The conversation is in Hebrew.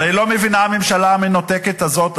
הרי לא מבינה הממשלה המנותקת הזאת,